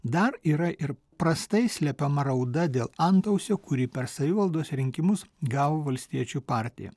dar yra ir prastai slepiama rauda dėl antausio kurį per savivaldos rinkimus gavo valstiečių partija